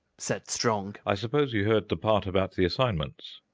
said strong. i suppose you heard the part about the assignments?